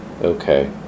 okay